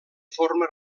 forma